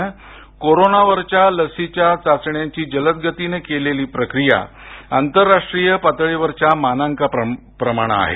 नं कोरोनावरच्या लसीच्या चाचण्यांची जलद गतीनं केलेली प्रक्रिया आंतरराष्ट्रीय पातळीवरच्या मानकांप्रमाणं आहे